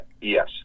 Yes